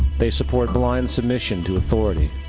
they support blind submission to authority.